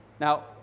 now